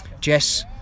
jess